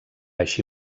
així